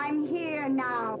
i'm here now